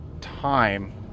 time